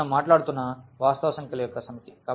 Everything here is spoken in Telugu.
ఇది మనం మాట్లాడుతున్న వాస్తవ సంఖ్యల యొక్క సమితి